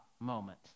moment